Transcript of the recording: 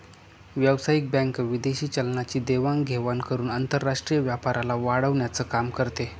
व्यावसायिक बँक विदेशी चलनाची देवाण घेवाण करून आंतरराष्ट्रीय व्यापाराला वाढवण्याचं काम करते